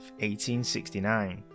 1869